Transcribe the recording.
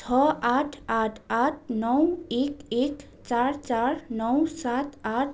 छ आठ आठ आठ नौ एक एक चार चार नौ सात आठ